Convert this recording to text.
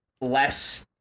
less